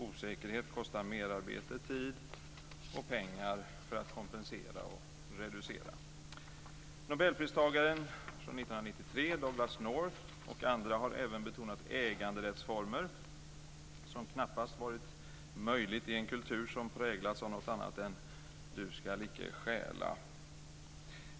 Osäkerhet kostar merarbete, tid och pengar för att kompensera och reducera. Nobelpristagaren år 1993, Douglas North, och andra har även betonat äganderättsformer, vilket knappast varit möjligt i en kultur som präglats av något annat än "du skall icke stjäla".